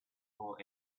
for